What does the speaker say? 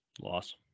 Loss